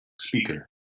speaker